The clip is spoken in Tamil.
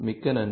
மிக்க நன்றி